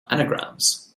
anagrams